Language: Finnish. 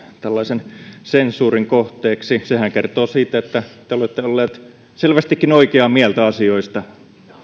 tällaisen sensuurin kohteeksi sehän kertoo siitä että te olette ollut selvästikin oikeaa mieltä asioista